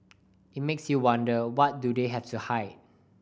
it makes you wonder what do they have to hide